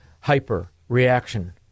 hyper-reaction